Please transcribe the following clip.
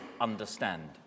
understand